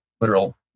literal